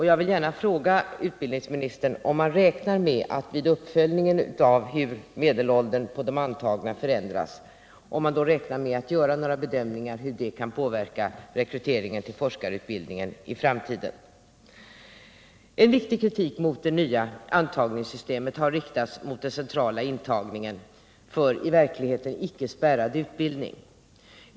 Jag vill gärna fråga utbildnignsministern om han räknar med att man vid uppföljningen av hur medelåldern hos de antagna förändras skall göra några bedömningar av hur rekryteringen till forskarutbildningen kan påverkas i framtiden. En viktig kritik mot det nya antagningssystemet har gällt den centrala intagningen för i verkligheten icke spärrad utbildning.